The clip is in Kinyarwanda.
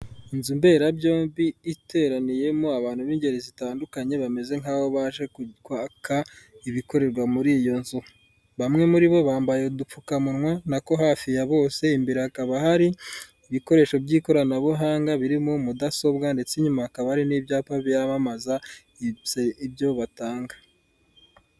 Inzu mberabyombi iteraniyemo abantu b'ingeri zitandukanye bameze nk'aho baje kuka ibikorerwa muri iyo nzu bamwe muri bo bambaye udupfukamunwa nako hafi ya bose imbere hakaba hari ibikoresho by'ikoranabuhanga biririmo mudasobwa ndetse nyuma hakaba ari n'ibyapa byamamazatse ibyo batanga.